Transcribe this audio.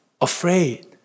afraid